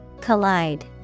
Collide